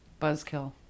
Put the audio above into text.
Buzzkill